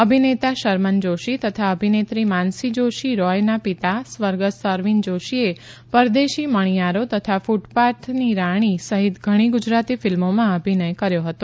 અભિનેતા શર્મન જોષી તથા અભિનેત્રી માનસી જોષી રોયના પિતા સર્ગસ્થ અરવિંદ જોષીએ પરદેશી મણીયારો તથા કુટપાથની રાણી સહિત ઘણી ગુજરાતી ફિલ્મોમાં અભિનય કર્યો હતો